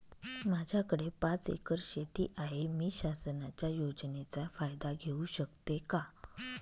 माझ्याकडे पाच एकर शेती आहे, मी शासनाच्या योजनेचा फायदा घेऊ शकते का?